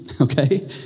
okay